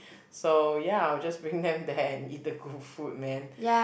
so ya I'll just bring them there and eat the good food man